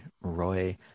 roy